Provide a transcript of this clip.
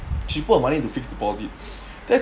she put her money into fixed deposit then